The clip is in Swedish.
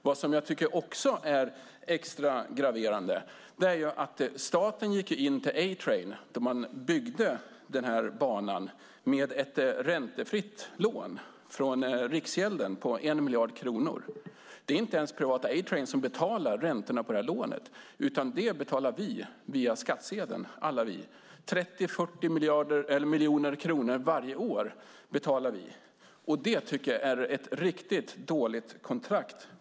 Det som också är extra graverande är att staten, då man byggde denna bana, gav A-Train ett räntefritt lån från Riksgälden på 1 miljard kronor. Det är inte ens privata A-Train som betalar räntorna på detta lån utan det gör vi via skattsedeln. Vi betalar 30-40 miljoner kronor varje år. Jag måste säga att det är ett riktigt dåligt kontrakt.